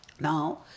Now